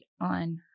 on